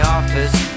office